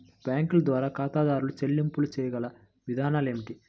బ్యాంకుల ద్వారా ఖాతాదారు చెల్లింపులు చేయగల విధానాలు ఏమిటి?